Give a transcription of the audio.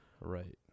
Right